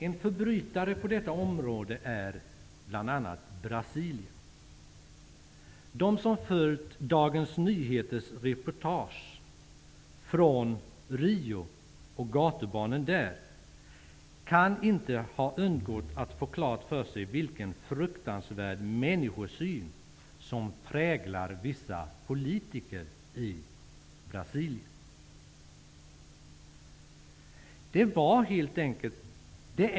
En förbrytare på detta område är bl.a. Brasilien. De som följt Dagens Nyheters reportage från Rio och gatubarnen där kan inte ha undgått att få klart för sig vilken fruktansvärd människosyn som präglar vissa politiker i Brasilien.